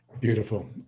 Beautiful